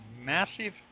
massive